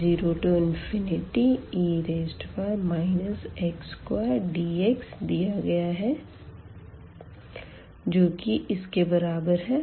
I0e x2dx दिया गया है जो की इस के बराबर है